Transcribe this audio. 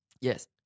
Yes